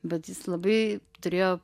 bet jis labai turėjo